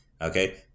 okay